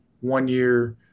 one-year